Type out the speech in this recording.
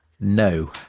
No